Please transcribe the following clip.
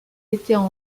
étaient